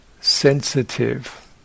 sensitive